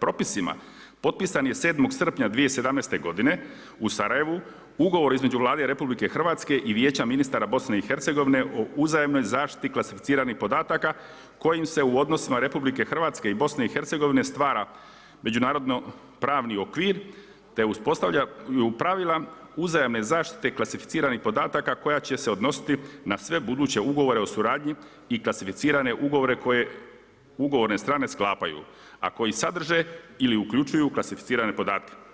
propisima potpisan je 7. srpnja 2017. godine u Sarajevu ugovor između Vlade RH i Vijeća ministara Bosne i Hercegovine o uzajamnoj zaštiti klasificiranih podataka kojim se u odnosima RH i BiH stvara međunarodno-pravni okvir, te uspostavlja pravila uzajamne zaštite klasificiranih podataka koja će se odnositi na sve buduće ugovore o suradnji i klasificirane ugovore koje ugovorne strane sklapaju, a koji sadrže ili uključuju klasificirane podatke.